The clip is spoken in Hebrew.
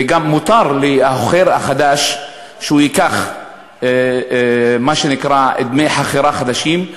וגם מותר לחוכר החדש לקחת מה שנקרא דמי חכירה חדשים,